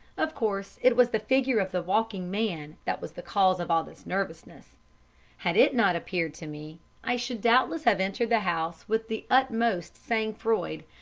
of course, it was the figure of the walking man that was the cause of all this nervousness had it not appeared to me i should doubtless have entered the house with the utmost sang-froid,